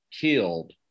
killed